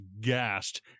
gassed